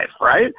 right